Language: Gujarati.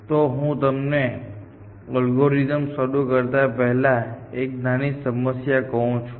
તો હું તમને અલ્ગોરિધમ શરૂ કરતા પહેલા એક નાની સમસ્યા કહું છું